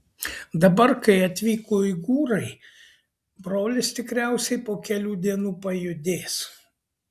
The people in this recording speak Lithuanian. dabar kai atvyko uigūrai brolis tikriausiai po kelių dienų pajudės